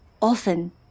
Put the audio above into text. Often